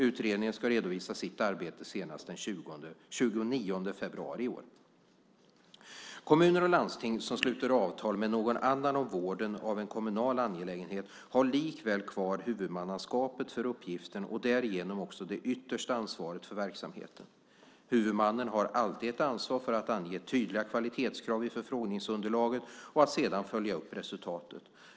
Utredningen ska redovisa sitt arbete senast den 29 februari i år. Kommuner och landsting som sluter avtal med någon annan om vården av en kommunal angelägenhet har likväl kvar huvudmannaskapet för uppgiften och därigenom också det yttersta ansvaret för verksamheten. Huvudmannen har alltid ett ansvar för att ange tydliga kvalitetskrav i förfrågningsunderlaget och sedan följa upp resultatet.